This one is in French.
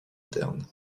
moderne